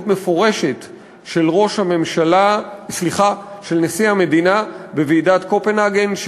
מפורשת של נשיא המדינה בוועידת קופנהגן,